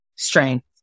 Strength